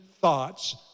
thoughts